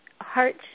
heart